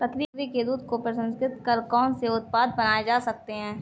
बकरी के दूध को प्रसंस्कृत कर कौन से उत्पाद बनाए जा सकते हैं?